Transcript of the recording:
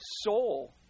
soul